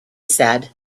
said